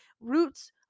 Roots